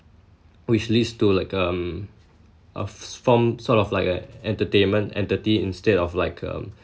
which leads to like um a form sort of like a entertainment entity instead of like um